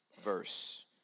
verse